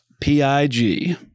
P-I-G